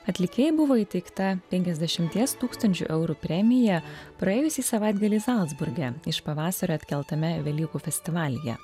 atlikėjai buvo įteikta penkiasdešimties tūkstančių eurų premiją praėjusį savaitgalį zalcburge iš pavasario atkeltame velykų festivalyje